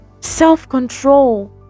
self-control